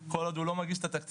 כל עוד הוא לא מגיש את התקציב,